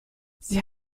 sie